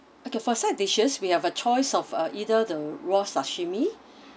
okay for side dishes we have a choice of uh either the raw sashimi